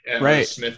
Right